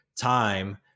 time